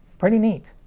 pretty neat.